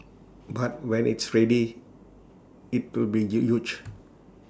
but when it's ready IT will be huge